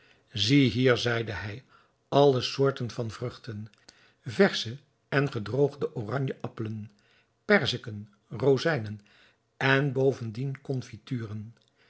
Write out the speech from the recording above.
zie hier zeide hij alle soorten van vruchten versche en gedroogde oranje-appelen perziken rozijnen en bovendien confituren